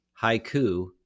haiku